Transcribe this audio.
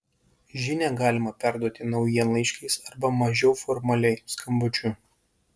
žinią galimą perduoti naujienlaiškiais arba mažiau formaliai skambučiu